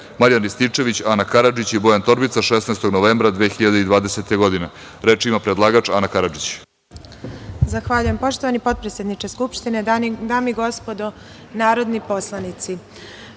Marijan Rističević, Ana Karadžić, Bojan Torbica, 16. novembra 2020. godine. Reč ima Ana Karadžić. **Ana Karadžić** Zahvaljujem. Poštovani potpredsedniče Skupštine, dame i gospodo narodni poslanici,